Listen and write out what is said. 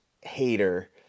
hater